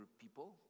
people